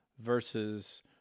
versus